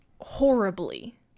horribly